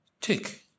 take